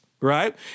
Right